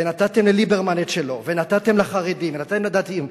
ונתתם לליברמן את שלו ונתתם לחרדים ונתתם לדתיים.